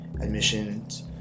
admissions